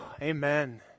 Amen